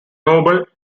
noble